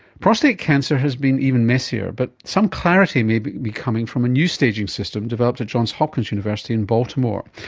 prostate cancer has been even messier but some clarity may be be coming from a new staging system developed at johns hopkins university in baltimore.